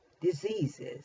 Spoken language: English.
diseases